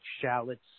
shallots